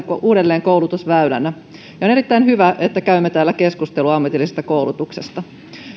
uudelleenkoulutusväylänä on erittäin hyvä että käymme täällä keskustelua ammatillisesta koulutuksesta